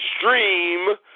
stream